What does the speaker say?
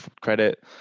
credit